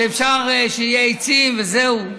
שאפשר שיהיו עצים וזהו.